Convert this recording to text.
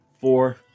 four